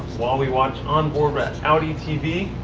while we watch on-board at audi tv.